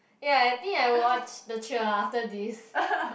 ya I think I will watch the trailer after this